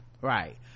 right